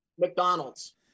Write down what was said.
McDonald's